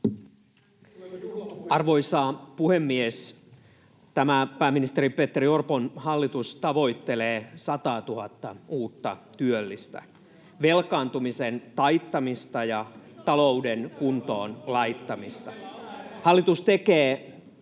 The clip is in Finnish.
Arvoisa puhemies! Tämä pääministeri Petteri Orpon hallitus tavoittelee 100 000:ta uutta työllistä, velkaantumisen taittamista ja talouden kuntoon laittamista. [Välihuutoja